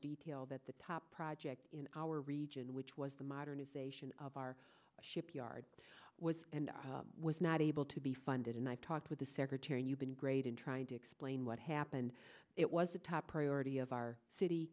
detail that the top project in our region which was the modernization of our shipyard was and was not able to be funded and i talked with the secretary and you've been great in trying to explain what happened it was the top priority of our city